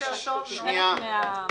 חלק ממה